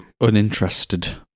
uninterested